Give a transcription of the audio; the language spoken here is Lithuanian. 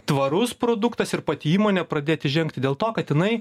tvarus produktas ir pati įmonė pradėti žengti dėl to kad inai